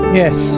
yes